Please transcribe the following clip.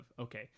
okay